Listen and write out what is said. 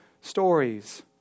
stories